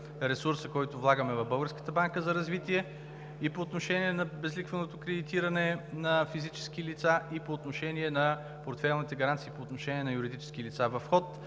ресурса, който влагаме в Българската банка за развитие и по отношение на безлихвеното кредитиране на физически лица, и по отношение на портфейлните гаранции по отношение на юридически лица.